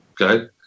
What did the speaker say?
Okay